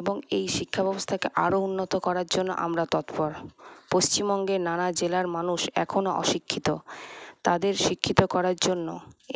এবং এই শিক্ষাব্যবস্থাকে আরও উন্নত করার জন্যে আমরা তৎপর পশ্চিমবঙ্গের নানা জেলার মানুষ এখনও অশিক্ষিত তাদের শিক্ষিত করার জন্য